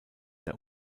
der